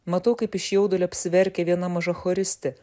matau kaip iš jaudulio apsiverkia viena maža choristė